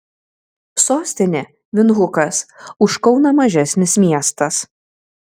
sostinė vindhukas už kauną mažesnis miestas